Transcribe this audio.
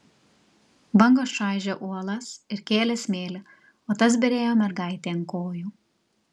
bangos čaižė uolas ir kėlė smėlį o tas byrėjo mergaitei ant kojų